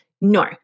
No